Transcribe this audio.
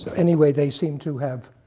anyway, they seem to have